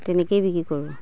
তেনেকেই বিক্ৰী কৰোঁ